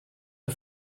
der